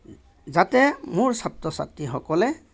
যাতে মোৰ ছাত্ৰ ছাত্ৰীসকলে